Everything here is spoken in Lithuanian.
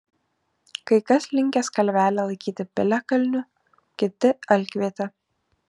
kai kas linkęs kalvelę laikyti piliakalniu kiti alkviete